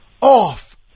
off